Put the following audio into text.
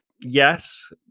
Yes